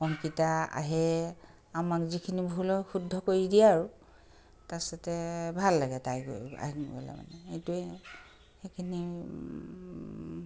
অংকিতা আহে আমাক যিখিনি ভুল হয় শুদ্ধ কৰি দিয়ে আৰু তাৰপিছতে ভাল লাগে তাই আহিলে মানে সেইটোৱে আৰু সেইখিনি